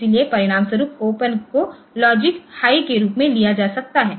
इसलिए परिणामस्वरूप ओपन को लॉजिक हाई के रूप में लिया जा सकता है